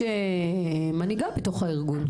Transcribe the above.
כמנהיגה בתוך הארגון,